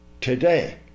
Today